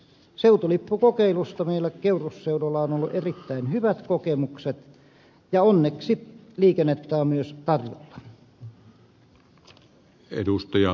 seutulippukokeilusta meillä keurusseudulla on ollut erittäin hyvät kokemukset ja onneksi liikennettä on myös tarjolla